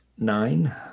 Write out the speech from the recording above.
Nine